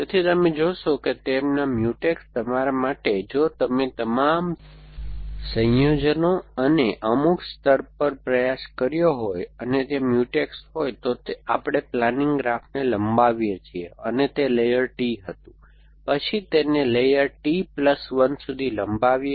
તેથી તમે જોશો કે તેમના મ્યુટેક્સ તમારા માટે જો તમે તમામ સંભવિત સંયોજનો અને અમુક સ્તર પર પ્રયાસ કર્યો હોય અને તે મ્યુટેક્સ હોય તો આપણે પ્લાનિંગ ગ્રાફને લંબાવીએ છીએ કે તે લેયર T હતું અને પછી તેને લેયર T પ્લસ વન સુધી લંબાવીએ